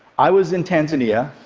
i was in tanzania,